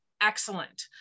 excellent